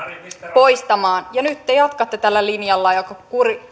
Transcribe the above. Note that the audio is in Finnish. poistamaan ja nyt te jatkatte tällä linjalla joka